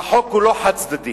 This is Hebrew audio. והחוק הוא לא חד-צדדי.